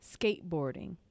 skateboarding